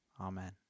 Amen